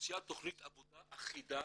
שמוציאה תכנית עבודה אחידה